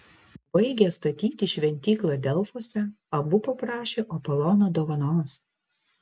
baigę statyti šventyklą delfuose abu paprašė apolono dovanos